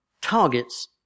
targets